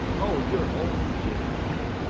o, your only jig-maker!